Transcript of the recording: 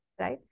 Right